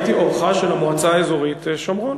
הייתי אורחה של המועצה האזורית שומרון.